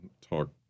talk